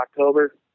October